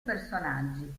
personaggi